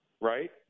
right